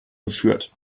geführt